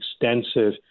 extensive